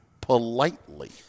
politely